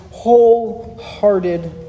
Wholehearted